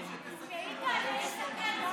שתסכם.